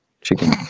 Chicken